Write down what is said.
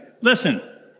Listen